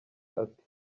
ati